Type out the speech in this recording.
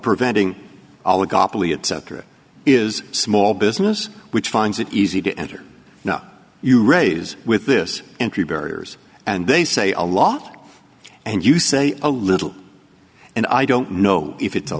etc is small business which finds it easy to enter no you raise with this entry barriers and they say a lot and you say a little and i don't know if it's a